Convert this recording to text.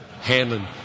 Handling